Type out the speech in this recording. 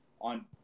on